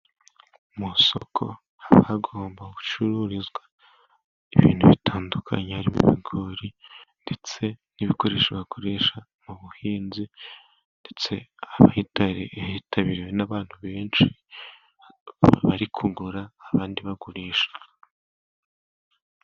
Mu isoko haba hagomba gucururizwa ibintu bitandukanye harimo ibigori ndetse n'ibikoresho bakoresha mu buhinzi . Ndetse haba hitaribitabiriwe n'abantu benshi bari kugura, abandi bagurisha.